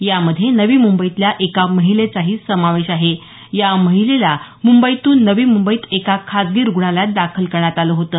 यामध्ये नवी मुंबईतल्या एका महिलेचाही समावेश आहे या महिलेला मुंबईतून नवी मुंबईत एका खाजगी रूग्णालयात दाखल करण्यात आलं होतं